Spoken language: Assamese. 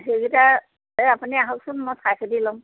সেইকিটা এই আপুনি আহকচোন মই চাই চিতি ল'ম